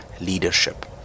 leadership